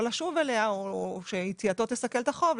לשוב אליה או שיציאתו תסכל את החוב,